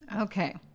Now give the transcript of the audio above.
okay